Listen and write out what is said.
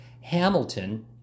Hamilton